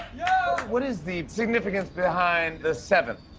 what is the significance behind the seven?